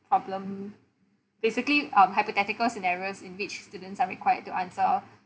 problem basically um hypothetical scenarios in which students are required to answer